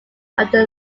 after